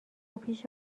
پیش